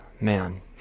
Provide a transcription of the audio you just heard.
man